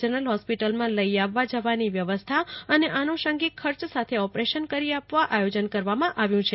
general જ્રોસ્પિટલમાં લઇ આવવા જવાની વ્યવસ્થા અને આનુષંગિક ખર્ચ સાથે ઓપરેશન કરી આપવા આયોજન કરવામાં આવ્યું છે